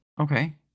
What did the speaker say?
Okay